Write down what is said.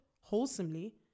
wholesomely